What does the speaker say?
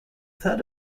that